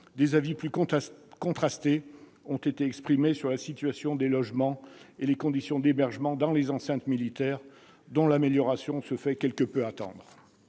des avis plus contrastés ont été exprimés sur la situation du logement et les conditions d'hébergement dans les enceintes militaires, dont l'amélioration se fait quelque peu attendre.